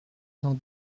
cent